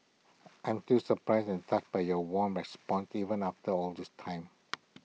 I'm still surprised and touched by your warm responses even after all this time